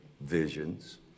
visions